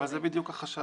אבל זה בדיוק החשש.